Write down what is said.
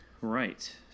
Right